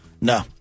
No